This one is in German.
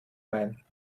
main